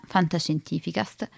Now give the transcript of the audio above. Fantascientificast